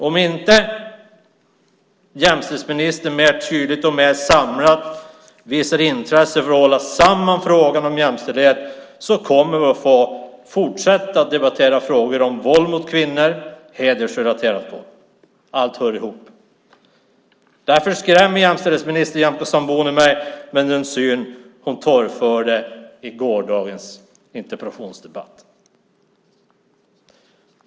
Om inte jämställdhetsministern mer tydligt och samlat visar intresse för att hålla samman frågan om jämställdhet kommer vi att få fortsätta debattera frågor om våld mot kvinnor och hedersrelaterat våld. Allt hör ihop. Därför skrämmer jämställdhetsminister Nyamko Sabuni mig med den syn hon torgförde i gårdagens interpellationsdebatt.